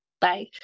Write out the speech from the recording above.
Bye